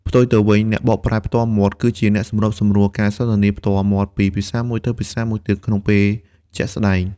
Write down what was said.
ផ្ទុយទៅវិញ អ្នកបកប្រែផ្ទាល់មាត់ គឺជាអ្នកសម្របសម្រួលការសន្ទនាផ្ទាល់មាត់ពីភាសាមួយទៅភាសាមួយទៀតក្នុងពេលជាក់ស្ដែង។